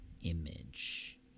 image